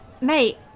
mate